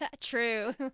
True